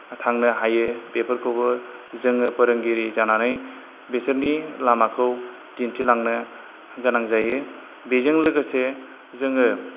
थांनो हायो बेफोरखौबो जोङो फोरोंगिरि जानानै बिसोरनि लामाखौ दिन्थिलांनो गोनां जायो बेजों लोगोसे जोङो